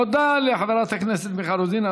תודה לחברת הכנסת מיכל רוזין.